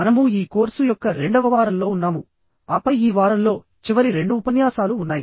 మనము ఈ కోర్సు యొక్క రెండవ వారంలో ఉన్నాము ఆపై ఈ వారం లో చివరి రెండు ఉపన్యాసాలు ఉన్నాయి